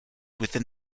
within